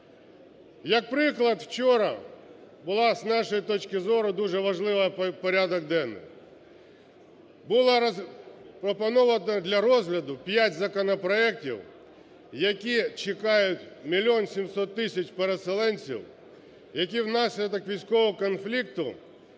Як приклад, вчора був, з нашої точки зору, дуже важливий порядок денний. Було пропоновано для розгляду 5 законопроектів, які чекають 1 мільйон 700 тисяч переселенців, які внаслідок військового конфлікту